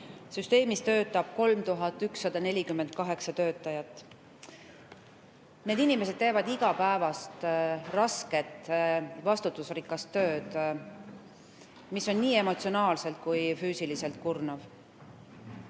Süsteemis töötab 3148 töötajat. Need inimesed teevad iga päev rasket ja vastutusrikast tööd, mis on nii emotsionaalselt kui ka füüsiliselt kurnav.